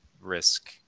risk